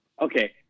Okay